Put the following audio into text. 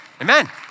Amen